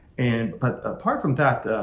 and but apart from that,